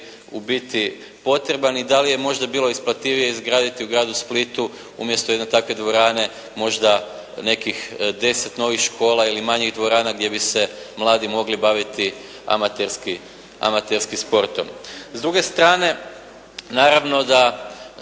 ubiti potreban i da li je možda bilo isplativije izgraditi u gradu Splitu umjesto jedne takve dvorane možda nekih 10 novih škola ili manjih dvorana gdje bi se mladi mogli baviti amaterskim sportom. S druge strane, naravno da